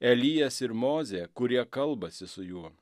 elijas ir mozė kurie kalbasi su juo